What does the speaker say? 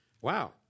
Wow